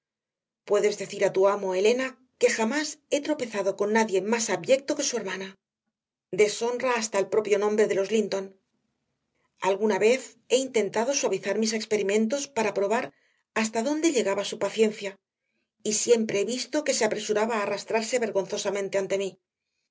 puedes decir a tu amo elena que jamás he tropezado con nadie más abyecto que su hermana deshonra hasta el propio nombre de los linton alguna vez he intentado suavizar mis experimentos para probar hasta dónde llegaba su paciencia y siempre he visto que se apresuraba a arrastrarse vergonzosamente ante mí